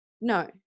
no